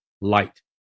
light